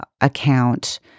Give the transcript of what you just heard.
account